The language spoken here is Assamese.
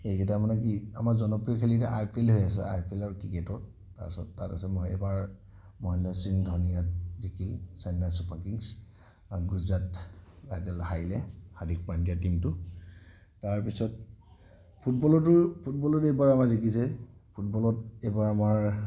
এইকেইটা মানে কি আমাৰ জনপ্ৰিয় খেল এতিয়া আই পি এল হৈ আছে আই পি এল ক্ৰিকেটৰ তাৰপিছত তাত আছে এইবাৰ মহেন্দ্ৰ সিং ধোনি জিকি চেন্নাই চুপাৰ কিংচ আৰু গুজৰাট আইডল হাৰিলে হাৰ্দিক পাণ্ডিয়াৰ টিমটো তাৰপিছত ফুটবলৰতো ফুটবলত এইবাৰ আমাৰ জিকিছে ফুটবলত এইবাৰ আমাৰ